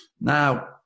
Now